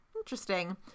Interesting